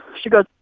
she goes.